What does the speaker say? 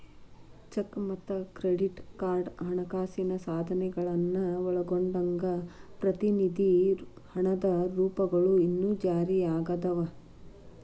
check ಮತ್ತ credit card ಹಣಕಾಸಿನ ಸಾಧನಗಳನ್ನ ಒಳಗೊಂಡಂಗ ಪ್ರತಿನಿಧಿ ಹಣದ ರೂಪಗಳು ಇನ್ನೂ ಜಾರಿಯಾಗದವ